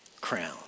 crown